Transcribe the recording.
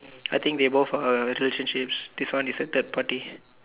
I think they both uh relationships this one is a third party